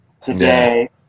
today